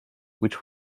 which